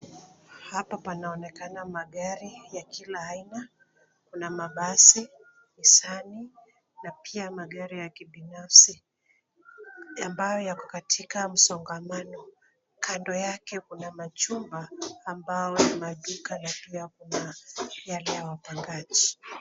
Hapa panaonekana magari ya kila aina, kuna mabasi, Nissan na pia magari ya kibinafsi ambayo yako katika msongamano, kando yake kuna majumba ambayo ni maduka na pia yale ya wapangaji.